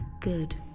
good